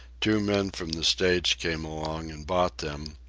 two men from the states came along and bought them,